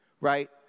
right